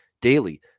daily